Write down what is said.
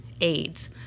aids